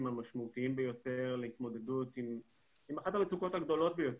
המשמעותיים ביותר להתמודדות עם אחת המצוקות הגדולות ביותר,